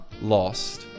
lost